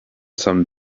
some